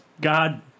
god